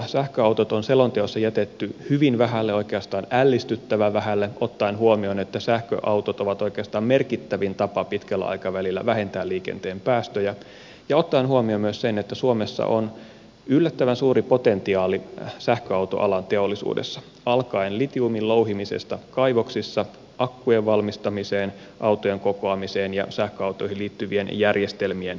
sähköautot on selonteossa jätetty hyvin vähälle oikeastaan ällistyttävän vähälle ottaen huomioon että sähköautot ovat oikeastaan merkittävin tapa pitkällä aikavälillä vähentää liikenteen päästöjä ja ottaen huomioon myös sen että suomessa on yllättävän suuri potentiaali sähköautoalateollisuudessa litiumin louhimisesta kaivoksissa akkujen valmistamiseen autojen kokoamiseen ja sähköautoihin liittyvien järjestelmien myymiseen